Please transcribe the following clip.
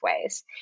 ways